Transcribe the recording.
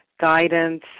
guidance